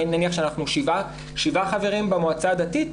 אם נניח שאנחנו שבעה חברים במועצה הדתית,